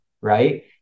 right